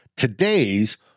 today's